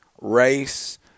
race